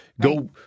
Go